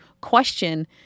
question